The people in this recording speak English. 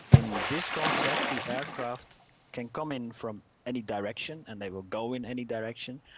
in this concept the aircraft can come in from any direction and they will go in any direction.